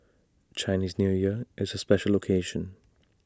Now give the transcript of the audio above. Chinese New Year is A special occasion